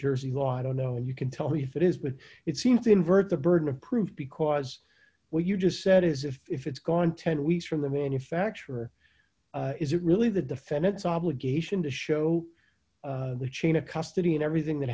jersey law i don't know and you can tell me if it is but it seems to invert the burden of proof because what you just said is if it's gone ten weeks from the manufacturer is it really the defendant's obligation to show the chain of custody and everything that